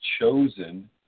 chosen